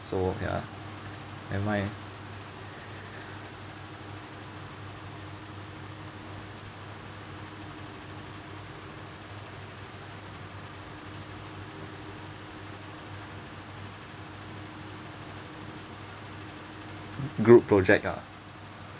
so ya am I group project ah